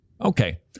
Okay